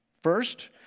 First